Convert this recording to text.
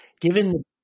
Given